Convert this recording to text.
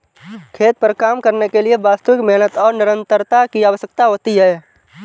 खेत पर काम करने के लिए वास्तविक मेहनत और निरंतरता की आवश्यकता होती है